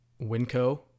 Winco